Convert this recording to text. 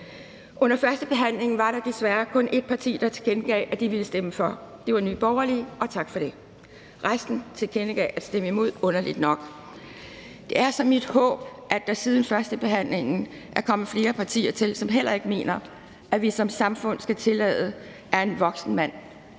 Under førstebehandlingen var der desværre kun ét parti, der tilkendegav, at de ville stemme for. Det var Nye Borgerlige, og tak for det. Resten tilkendegav at stemme imod – underligt nok. Det er så mit håb, at der siden førstebehandlingen er kommet flere partier til, som heller ikke mener, at vi som samfund skal tillade, at en voksen mand